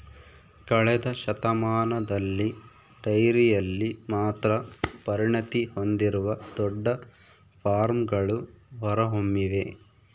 ಕಳೆದ ಶತಮಾನದಲ್ಲಿ ಡೈರಿಯಲ್ಲಿ ಮಾತ್ರ ಪರಿಣತಿ ಹೊಂದಿರುವ ದೊಡ್ಡ ಫಾರ್ಮ್ಗಳು ಹೊರಹೊಮ್ಮಿವೆ